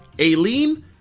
Aileen